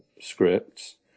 scripts